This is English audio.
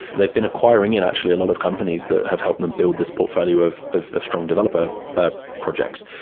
they've been acquiring in actually a lot of companies that have helped them build this portfolio of of strong developer ah projects.